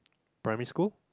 primary school